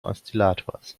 oszillators